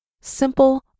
Simple